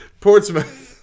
Portsmouth